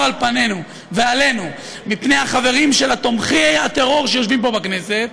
עלינו מפני החברים של תומכי הטרור שיושבים פה בכנסת,